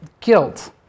guilt